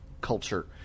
culture